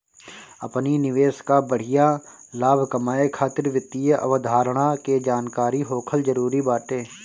अपनी निवेश कअ बढ़िया लाभ कमाए खातिर वित्तीय अवधारणा के जानकरी होखल जरुरी बाटे